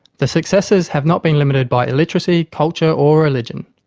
the successes have not been limited by illiteracy, culture or religion.